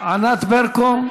ענת ברקו,